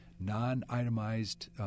non-itemized